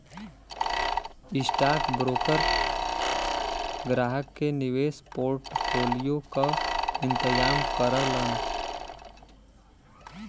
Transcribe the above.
stockbroker ग्राहक के निवेश पोर्टफोलियो क इंतजाम करलन